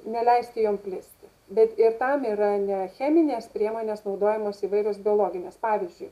neleisti jom plisti bet ir tam yra ne cheminės priemonės naudojamos įvairios biologinės pavyzdžiui